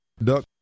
Duck